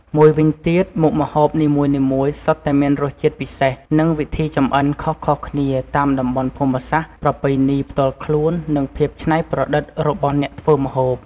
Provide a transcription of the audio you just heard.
មួយវិញទៀត មុខម្ហូបនីមួយៗសុទ្ធតែមានរសជាតិពិសេស និងវិធីចម្អិនខុសៗគ្នា តាមតំបន់ភូមិសាស្ត្រ ប្រពៃណីផ្ទាល់ខ្លួន និងភាពច្នៃប្រឌិតរបស់អ្នកធ្វើម្ហូប។